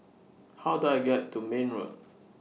How Do I get to Mayne Road